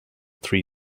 three